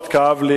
מאוד כאב לי,